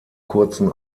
kurzen